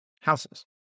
houses